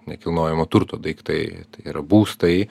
nekilnojamojo turto daiktai tai yra būstai